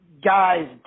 guys